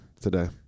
Today